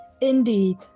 Indeed